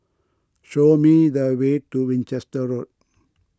show me the way to Winchester Road